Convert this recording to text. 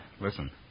Listen